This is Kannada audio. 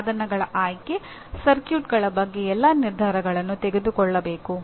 ಸಾಧನಗಳ ಆಯ್ಕೆ ಸರ್ಕ್ಯೂಟ್ಗಳ ಬಗ್ಗೆ ಎಲ್ಲಾ ನಿರ್ಧಾರಗಳನ್ನು ತೆಗೆದುಕೊಳ್ಳಬೇಕು